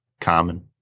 Common